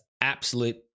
absolute